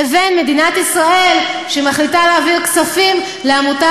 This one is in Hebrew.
לבין מדינת ישראל שמחליטה להעביר כספים לעמותה